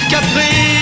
Capri